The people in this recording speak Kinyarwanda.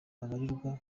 babarirwa